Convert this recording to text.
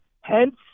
Hence